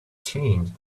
changed